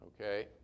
okay